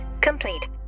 complete